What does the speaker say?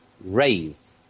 raise